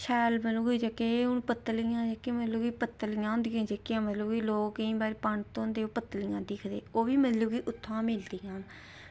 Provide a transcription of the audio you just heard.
शैल मतलब की हून एह् पत्रियां पत्रियां होंदियां जेह्कियां मतलब की लोक केईं बारी जेह्के मतलब की पंत होंदे ओह् पत्रियां दिखदे ओह्बी मतलब कि उत्थुआं मिलदियां